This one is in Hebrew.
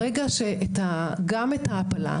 ברגע שגם את ההעפלה,